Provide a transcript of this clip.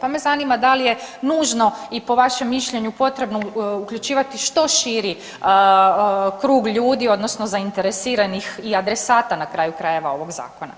pa me zanima da li je nužno i po vašem mišljenju potrebno uključivati što širi krug ljudi odnosno zainteresiranih i adresata na kraju krajeva ovog zakona.